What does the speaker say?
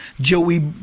Joey